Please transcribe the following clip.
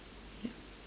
yep